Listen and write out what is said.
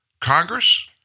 Congress